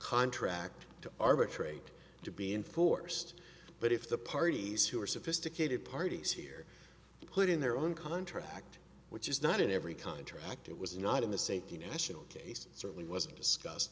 contract to arbitrate to be enforced but if the parties who are sophisticated parties here put in their own contract which is not in every contract it was not in the safety national case certainly wasn't discussed